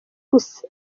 gusa